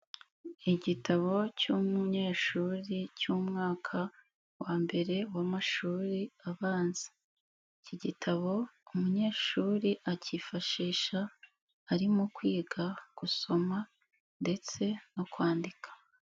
Igitabo cy'umunyeshuri cy'umwaka wa mbere w'amashuri abanza, iki gitabo umunyeshuri akifashisha arimo kwiga gusoma ndetse no kwandika.